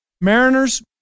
Mariners